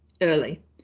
early